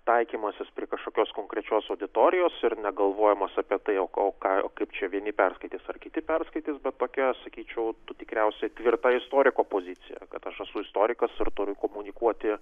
taikymasis prie kažkokios konkrečios auditorijos ir negalvojimas apie tai jog o ką kaip čia vieni perskaitys ar kiti perskaitys bet tokia sakyčiau tikriausiai tvirta istoriko pozicija kad aš esu istorikas ir turiu komunikuoti